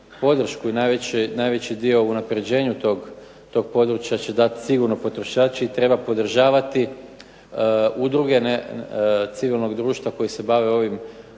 i najveći dio u unapređenju tog područja će dati sigurno potrošači i treba podržavati udruge civilnog društva koje se bave ovim poslom.